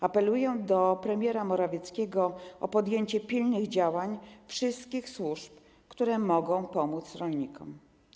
Apelują do premiera Morawieckiego o podjęcie pilnych działań wszystkich służb, które mogą pomóc rolnikom.